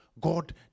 God